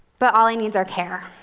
but ollie needs our care.